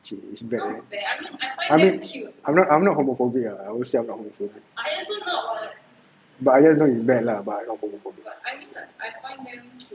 !chey! it is bad habit you I'm not I'm not homophobia I would say I'm not homophobia but I hear cause you bad lah but I not homophobic